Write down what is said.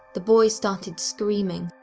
the boy started screaming,